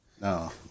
No